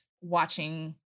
watching